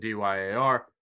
DYAR